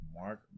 Mark